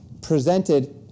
presented